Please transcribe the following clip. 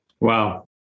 Wow